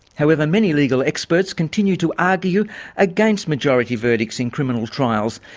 however, many legal experts continue to argue against majority verdicts in criminal trials.